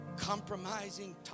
compromising